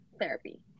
therapy